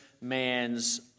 man's